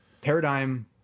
paradigm